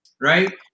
right